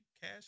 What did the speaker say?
cash